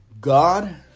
God